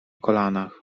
kolanach